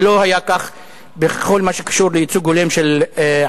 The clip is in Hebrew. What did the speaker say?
זה לא היה כך בכל מה שקשור לייצוג הולם של ערבים.